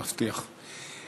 מבטיח.